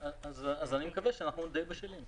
אז אני מקווה שאנחנו די בשלים.